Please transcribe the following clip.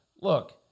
look